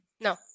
No